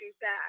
back